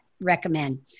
recommend